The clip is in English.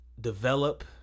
develop